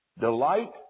Delight